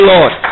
Lord